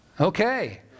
Okay